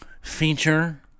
feature